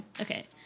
Okay